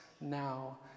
now